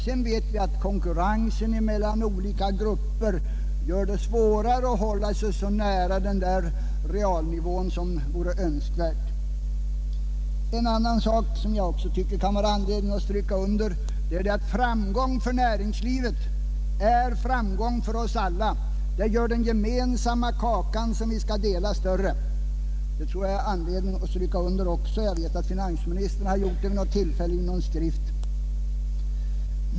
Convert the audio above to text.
Vidare vet vi att konkurrensen mellan olika grupper gör det svårare för oss att hålla oss så nära realnivån som vore Önskvärt. En annan sak som jag tycker det kan vara anledning att understryka är att framgång för näringslivet är framgång för oss alla. Det ger den gemensamma kakan som vi skall dela. Jag vet att finansministern har framhållit detta vid något tillfälle i någon skrift.